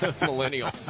millennial